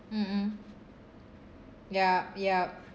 mm mm yup yup